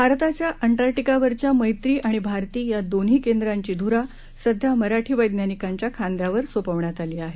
भारताच्या अंटार्क्टिकावरच्या मैत्री आणि भारती या दोन्ही केंद्रांची धुरा सध्या मराठी वैज्ञानिकांच्या खांद्यावर सोपवण्यात आली आहे